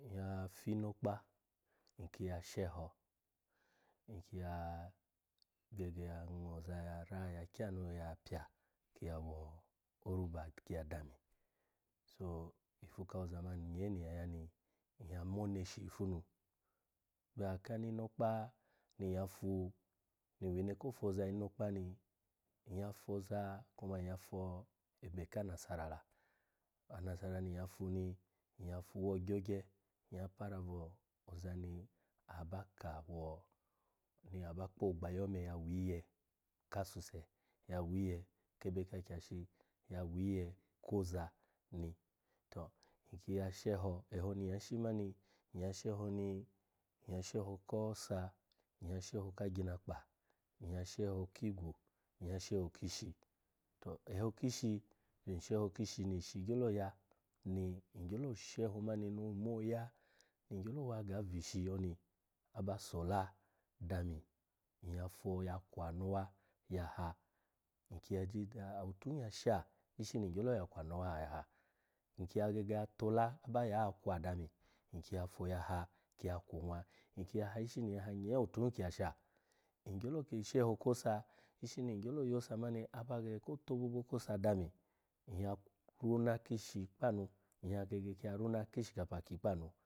Nyya fi inokpa, nki ya sheho, nki ya-gege ya ngo oza ya ra ya kyanu ya pya kiya wo oruba kiya dami. So ifu kawo oza mani nyee ni nyya ya ni, nyya mo oneshi ifu nu abaya ki inokpa ni nyya fu ni iwine ko foza inokpa ni nyya foza kuma nyya fo ebe ka anasara la, anasara ni nyya fu ni, nyya fuwo ogyogye, nyya para vo oza ni aba ka wo, ni aba kpo gbayi me ya wiye kasuse, ya wiye kebe ka akyashi, ya wiye koza ni to nki ya sheho eho mani nyya sheho ni nyya sheho ko osa, nyya ka agyinakpa, nyya sheho ki igwu, nyya sheho ki ishi. To eho ki ishi ni sheho ki ishi ni gyolo ya ni ngyelo sheho mani ni nmo ya ngyelo waga vishi oni aba sola dami nyya fo ya kwanowa ya ha nki ya gega olu hin ya sha ishini ngyelo ya kwanowa ya ha nki ya gega ya tola aba ya kwa dani nki ya fo ya ha, ki ya kwo oniwa nki ya ha ishini, nyaya ha nyee otun ki ya sha. Ngyelo ki sheho kosa ishini ngyelo yosa mani aba gege ku tobobo dami nyya rona kishi kpa anu nki ya fona kishipa ki kpa anu.